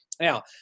Now